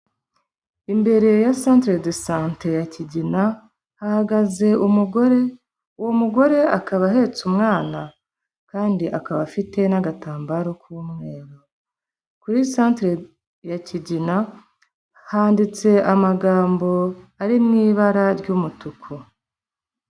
Imbere ya Centre de Sante ya Kigina hahagaze umugore, uwo mugore akaba ahetse umwana kandi akaba afite n'agatambaro k'umweru, kuri Centre ya Kigina handitse amagambo ari mu ibara ry'umutuku.